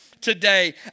today